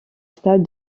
stade